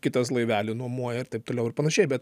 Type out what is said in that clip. kitas laivelį nuomoja ir taip toliau ir panašiai bet